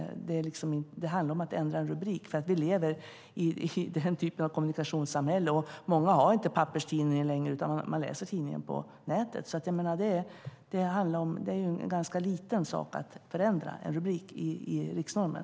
Det handlar om att ändra en rubrik. Vi lever i den typen av kommunikationssamhälle. Många har inte papperstidningen längre, utan de läser tidningen på nätet. Det är en ganska liten sak att ändra en rubrik i riksnormen.